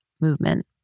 movement